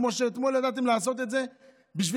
כמו שאתמול ידעתם לעשות את זה בשביל